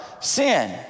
sin